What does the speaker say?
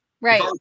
right